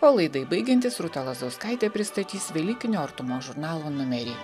o laidai baigiantis rūta lazauskaitė pristatys velykinio artumo žurnalo numerį